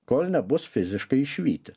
kol nebus fiziškai išvyti